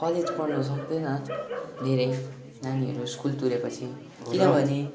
college पढ्नु सक्तैन धेरै नानीहरू स्कुल तुरे पछि किनभने